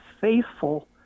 faithful